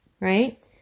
right